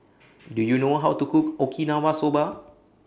Do YOU know How to Cook Okinawa Soba